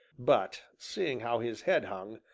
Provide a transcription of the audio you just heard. but seeing how his head hung,